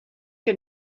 que